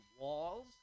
walls